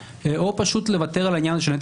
או פשוט לוותר על העניין הזה של נטל